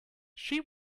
she